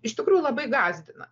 iš tikrųjų labai gąsdina